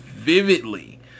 Vividly